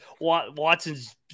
Watson's